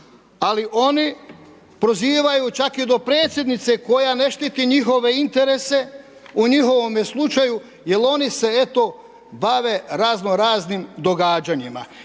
Ali oni prozivaju, čak i do predsjednice koja ne štiti njihove interese u njihovome slučaju jer oni se eto bave razno-raznim događanjima.